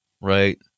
right